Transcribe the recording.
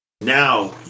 Now